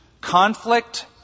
conflict